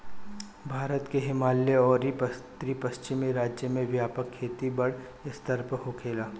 भारत के हिमालयी अउरी उत्तर पश्चिम राज्य में व्यापक खेती बड़ स्तर पर होखेला